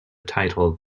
title